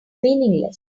meaningless